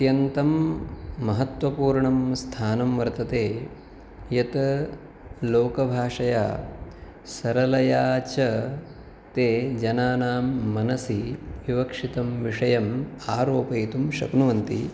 अत्यन्तं महत्त्वपूर्णं स्थानं वर्तते यत् लोकभाषया सरलतया च ते जनानां मनसि विवक्षितं विषयम् आरोपयितुं शक्नुवन्ति